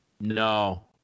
No